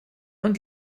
und